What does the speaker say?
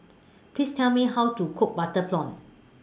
Please Tell Me How to Cook Butter Prawn